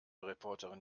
reporterin